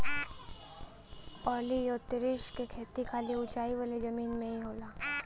ओलियोतिरिस क खेती खाली ऊंचाई वाले जमीन में ही होला